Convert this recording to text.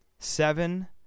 Seven